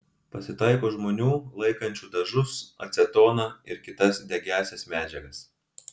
pasitaiko žmonių laikančių dažus acetoną ir kitas degiąsias medžiagas